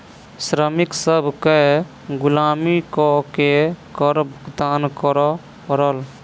श्रमिक सभ केँ गुलामी कअ के कर भुगतान करअ पड़ल